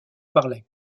parlais